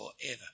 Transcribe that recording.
forever